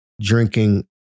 drinking